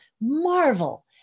marvel